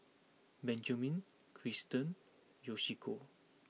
Benjamin Tristan Yoshiko